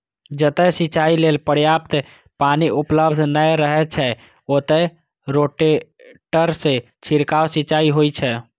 जतय सिंचाइ लेल पर्याप्त पानि उपलब्ध नै रहै छै, ओतय रोटेटर सं छिड़काव सिंचाइ होइ छै